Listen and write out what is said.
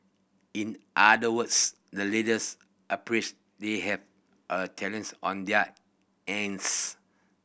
in other words the leaders appreciate they have a challenge on their ends